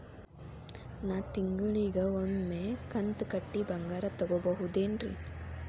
ನಾ ತಿಂಗಳಿಗ ಒಮ್ಮೆ ಕಂತ ಕಟ್ಟಿ ಬಂಗಾರ ತಗೋಬಹುದೇನ್ರಿ?